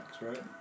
right